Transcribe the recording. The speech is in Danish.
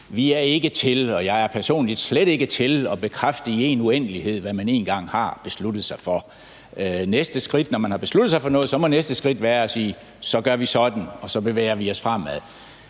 Vi er ikke til, og jeg er personligt slet ikke til at bekræfte i en uendelighed, hvad man en gang har besluttet sig for. For når man har besluttet sig for noget, må næste skridt være at sige: Så gør vi sådan, og så bevæger vi os fremad.